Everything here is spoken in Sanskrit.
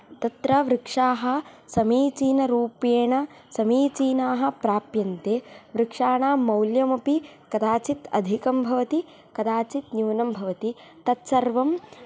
तत्र वृक्षाः समीचीनरूपेण समीचीनाः प्राप्यन्ते वृक्षाणाम् मौल्यमपि कदाचित् अधिकं भवति कदाचित् न्यूनं भवति तत्सर्वम्